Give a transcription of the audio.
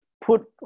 put